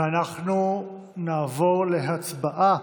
ואנחנו נעבור להצבעה,